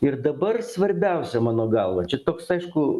ir dabar svarbiausia mano galva čia toks aišku